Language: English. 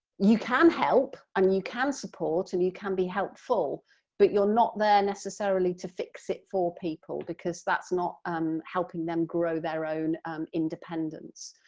you can help, and you can support, and you can be helpful but you're not there necessarily to fix it for people because that's not um helping them grow their own independence.